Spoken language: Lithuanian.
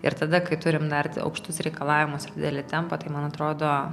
ir tada kai turim dar aukštus reikalavimus ir didelį tempą tai man atrodo